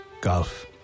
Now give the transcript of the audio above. golf